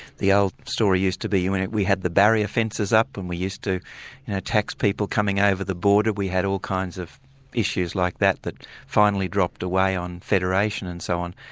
the old story used to be when and we had the barrier fences up and we used to tax people coming over the border, we had all kinds of issues like that, that finally dropped away on federation and so on.